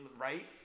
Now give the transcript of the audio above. Right